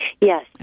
Yes